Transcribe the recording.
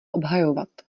obhajovat